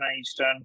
Eastern